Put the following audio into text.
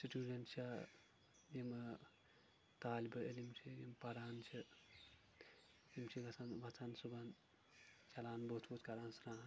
student چھ یِم طالبہ علِم چھ یِم پران چھ یِم چھ گژھان وَتھان صبُحن چھلان بُتھ وُتھ کران سران